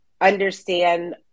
understand